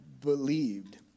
believed